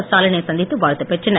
ஸ்டாலினை சந்தித்து வாழ்த்து பெற்றனர்